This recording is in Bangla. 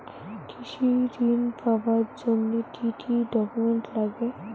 কৃষি ঋণ পাবার জন্যে কি কি ডকুমেন্ট নাগে?